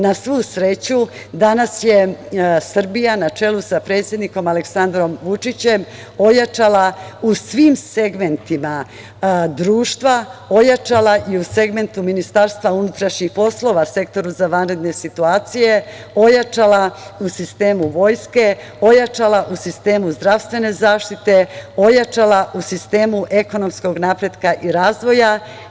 Na svu sreću, danas je Srbija, na čelu sa predsednikom Aleksandrom Vučićem ojačala u svim segmentima društva, ojačala i u segmentu MUP-a, sektoru za vanredne situacije, ojačala u sistemu vojske, u sistemu zdravstvene zaštite, u sistemu ekonomskog napretka i razvoja.